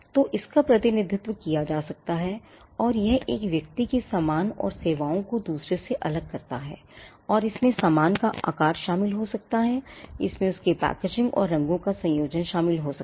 तो इसका प्रतिनिधित्व किया जा सकता है और यह एक व्यक्ति के सामान और सेवाओं को दूसरे से अलग करता है और इसमें सामान का आकार शामिल हो सकता है इसमें उनकी पैकेजिंग और रंगों का संयोजन शामिल हो सकता है